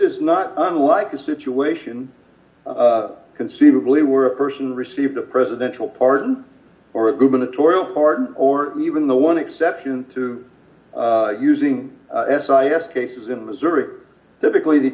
is not unlike a situation d conceivably were a person received a presidential pardon or a gubernatorial pardon or even the one exception to using s i k e s cases in missouri typically